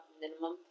minimum